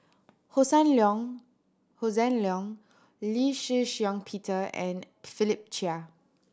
Hossan Leong Hossan Leong Lee Shih Shiong Peter and Philip Chia